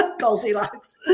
Goldilocks